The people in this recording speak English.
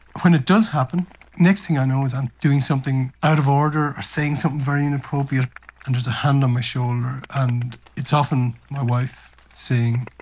when it does happen, the next thing i know is i'm doing something out of order or saying something very inappropriate, and there's a hand on my shoulder, and it's often my wife saying,